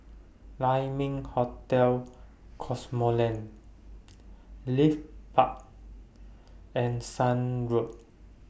Lai Ming Hotel Cosmoland Leith Park and Shan Road